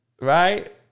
right